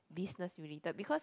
business related because